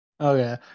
Okay